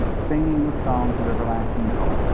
singing with songs of everlasting joy.